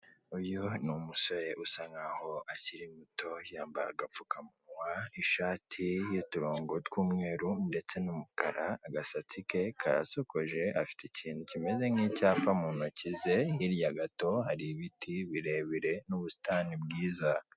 Uyu musore usa nkaho akiri muto yambaye agapfukamunwa, ishati y'uturongo tw'umweru ndetse n'umukara, agasatsi ke karasokoje afite ikintu kimeze nk'icyapa mu ntoki ze, hirya gato hari ibiti birebire n'ubusitani bwiza.